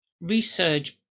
research